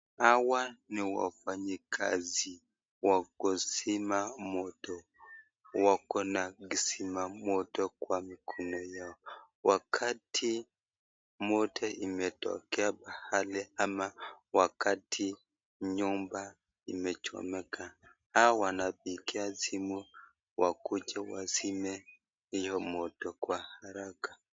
Hawa ni wafanyikazi wa kuzima moto wakona kizima moto kwa mikono yao. Wakati moto imetokea pahali ama wakati nyumba imechomeka, hao wanapigia simu wakuje wazime hiyo moto kwa haraka.